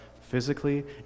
physically